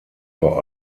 vor